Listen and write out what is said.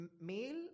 male